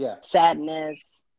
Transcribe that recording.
sadness